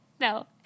no